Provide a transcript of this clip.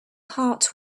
heart